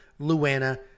Luana